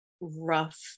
rough